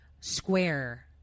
Square